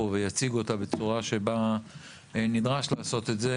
ויציג אותה בצורה שבה נדרש לעשות את זה.